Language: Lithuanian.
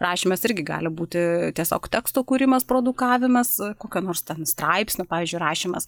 rašymas irgi gali būti tiesiog teksto kūrimas produkavimas kokio nors straipsnio pavyzdžiui rašymas